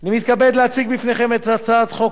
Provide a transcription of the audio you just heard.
אני מתכבד להציג בפניכם את הצעת חוק